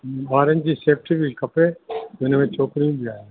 ॿारनि जी सेफ्टी बि खपे हुन में छोकिरियूं बि आहिनि